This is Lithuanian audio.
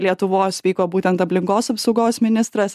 lietuvos vyko būtent aplinkos apsaugos ministras